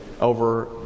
over